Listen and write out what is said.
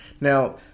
Now